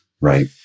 right